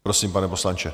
Prosím, pane poslanče.